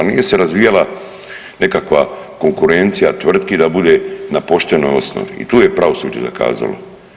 Nije se razvijala nekakva konkurencija tvrtki da bude na poštenoj osnovi i tu je pravosuđe zakazalo.